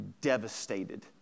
devastated